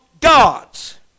gods